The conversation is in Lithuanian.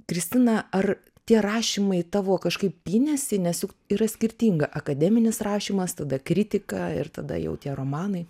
kristina ar tie rašymai tavo kažkaip pynėsi nes juk yra skirtinga akademinis rašymas tada kritika ir tada jau tie romanai